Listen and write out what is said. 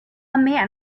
man